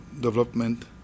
Development